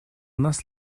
нас